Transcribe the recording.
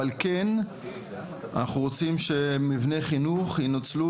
אבל כן אנחנו רוצים שמבני חינוך ינוצלו